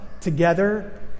together